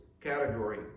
category